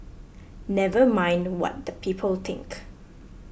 never mind what the people think